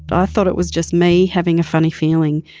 but i thought it was just me having a funny feeling,